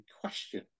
question